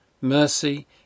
mercy